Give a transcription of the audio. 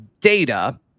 data